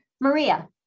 Maria